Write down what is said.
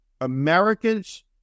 Americans